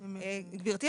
גבירתי,